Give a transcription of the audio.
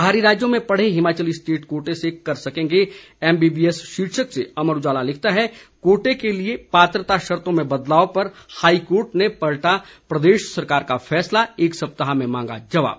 बाहरी राज्यों में पढ़े हिमाचली स्टेट कोटे से कर सकेंगे एम बी बी एस शीर्षक से अमर उजाला लिखता है कोटे के लिए पात्रता शर्तों में बदलाव पर हाईकोर्ट ने पलटा प्रदेश सरकार का फैसला एक सप्ताह में मांगा जवाब